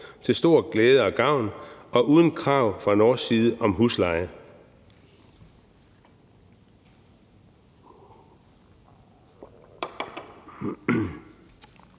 til stor glæde og gavn og uden krav fra norsk side om husleje.